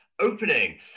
opening